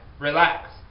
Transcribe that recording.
relax